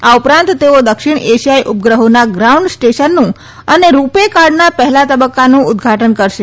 આ ઉપરાંત તેઓ દક્ષિણ ઐશિયાઈ ઉપગ્રહોના ગ્રાઉન્ડ સ્ટેશનનું અને રૂપેકાર્ડના પહેલા તબક્કાનું ઉદૃઘાટન કરશે